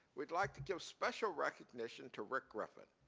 we'd like to give special recognition to rick griffin.